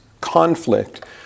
conflict